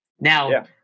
Now